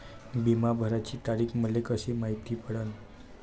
बिमा भराची तारीख मले कशी मायती पडन?